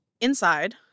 inside